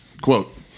Quote